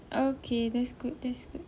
okay that's good that's good